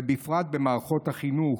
ובפרט במערכות החינוך,